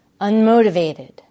unmotivated